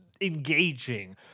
engaging